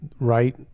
right